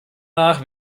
nach